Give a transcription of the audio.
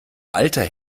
alter